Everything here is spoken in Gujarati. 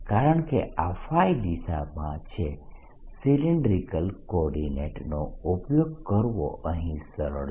કારણકે આ દિશામાં છે સિલિન્ડ્રીકલ કોર્ડીનેટસ નો ઉપયોગ કરવો અહીં સરળ છે